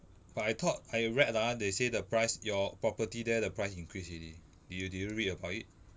but I thought I read ah they say the price your property there the price increase already did you did you read about it